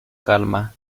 calma